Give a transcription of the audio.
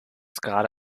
gerade